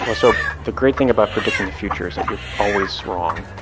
ah so the great thing about predicting the future is that you're always wrong.